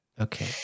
Okay